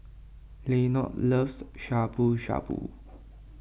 Lenord loves Shabu Shabu